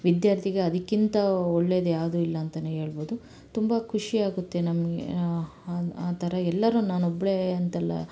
ವಿದ್ಯಾರ್ಥಿಗೆ ಅದಕ್ಕಿಂತ ಒಳ್ಳೇದ್ಯಾವ್ದೂ ಇಲ್ಲ ಅಂತ ಹೇಳ್ಬೋದು ತುಂಬ ಖುಷಿ ಆಗುತ್ತೆ ನಮಗೆ ಆ ಥರ ಎಲ್ಲರೂ ನಾನೊಬ್ಬಳೇ ಅಂತಲ್ಲ